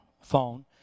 phone